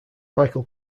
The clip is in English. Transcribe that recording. michael